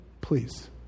please